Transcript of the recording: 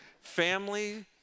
family